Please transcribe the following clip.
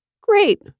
great